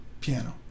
piano